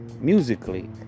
musically